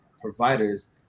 providers